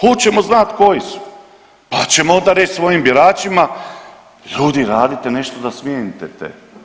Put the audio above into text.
Hoćemo znati koji su, pa ćemo onda reći svojim biračima ljudi radite nešto da smijenite te.